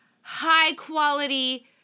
high-quality